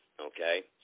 okay